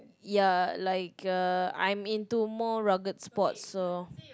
ya like uh I'm into more rugged sports so